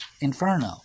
inferno